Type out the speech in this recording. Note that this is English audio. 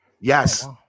yes